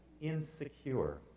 insecure